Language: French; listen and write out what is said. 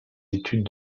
études